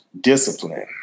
discipline